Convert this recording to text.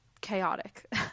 chaotic